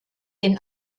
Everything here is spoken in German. den